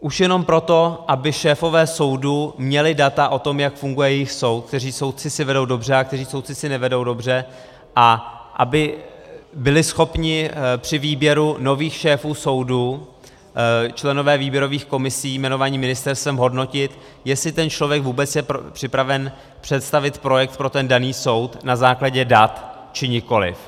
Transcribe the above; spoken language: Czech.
Už jenom proto, aby šéfové soudů měli data o tom, jak funguje jejich soud, kteří soudci si vedou dobře a kteří soudci si nevedou dobře, a aby byli schopni při výběru nových šéfů soudu členové výběrových komisí jmenovaní ministerstvem hodnotit, jestli ten člověk vůbec je připraven představit projekt pro ten daný soud na základě dat či nikoliv.